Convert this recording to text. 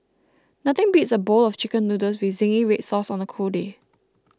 nothing beats a bowl of Chicken Noodles with Zingy Red Sauce on a cold day